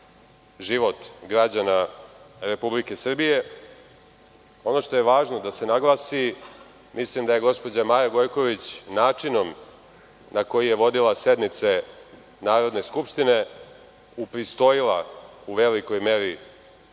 život građana Republike Srbije. Ono što je važno da se naglasi, mislim da je gospođa Maja Gojković načinom na koji je vodila sednice Narodne skupštine upristojila u velikoj meri